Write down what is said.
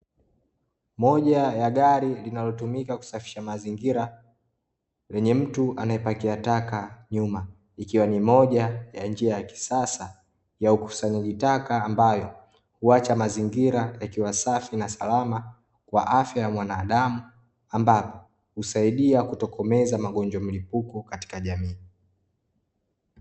Moja ya gari linalotumika kusafisha mazingira, lenye mtu anayepakia taka nyuma, ikiwa na moja ya njia ya kisasa ya ukusanyaji taka ambayo huacha mazingira yakiwa safi na salama kwa afya ya mwanadamu, ambapo husaidia kutokomeza magonjwa mlipuko katika jamii.